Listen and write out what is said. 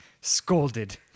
scolded